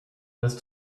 was